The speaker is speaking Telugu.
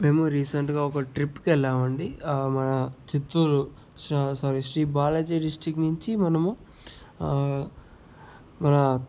మేము రీసెంట్గా ఒక ట్రిప్ కెళ్ళామండి మన చిత్తూరు సారీ శ్రీ బాలాజీ డిస్టిక్ నించి మనము మనా